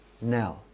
now